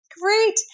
Great